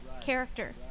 character